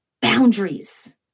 boundaries